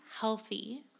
healthy